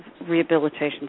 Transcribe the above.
rehabilitation